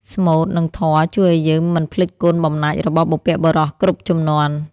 ស្មូត និងធម៌ជួយឱ្យយើងមិនភ្លេចគុណបំណាច់របស់បុព្វបុរសគ្រប់ជំនាន់។